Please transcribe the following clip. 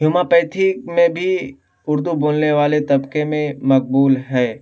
ہیمو پیتھی میں بھی اردو بولنے والے طبقے میں مقبول ہے